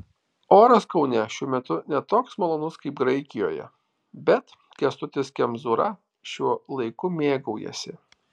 oras kaune šiuo metu ne toks malonus kaip graikijoje bet kęstutis kemzūra šiuo laiku mėgaujasi